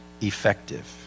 effective